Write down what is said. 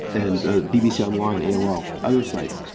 and ah bbc online aol, other sites.